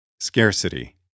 Scarcity